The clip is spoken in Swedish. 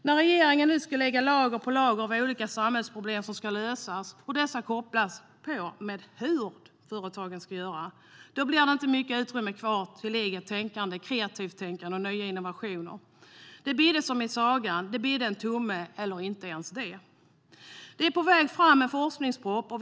När regeringen nu ska lägga lager på lager av olika samhällsproblem som ska lösas och när dessa kopplas på med hur företagen ska göra blir det inte mycket utrymme kvar till eget tänkande, kreativt tänkande och nya innovationer. Det bidde som i sagan: Det bidde en tumme eller inte ens det. En forskningsproposition är på väg fram.